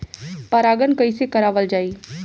परागण कइसे करावल जाई?